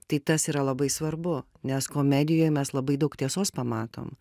tai tas yra labai svarbu nes komedijoj mes labai daug tiesos pamatom